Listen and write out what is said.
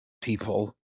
people